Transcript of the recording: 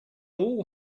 all